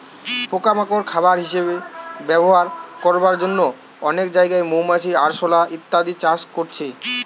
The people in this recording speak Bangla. পোকা মাকড় খাবার হিসাবে ব্যবহার করবার জন্যে অনেক জাগায় মৌমাছি, আরশোলা ইত্যাদি চাষ করছে